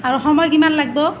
আৰু সময় কিমান লাগিব